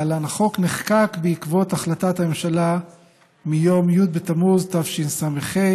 נחקק בעקבות החלטת הממשלה מיום י' בתמוז תשס"ה,